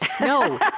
No